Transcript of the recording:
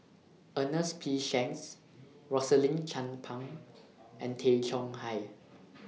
Ernest P Shanks Rosaline Chan Pang and Tay Chong Hai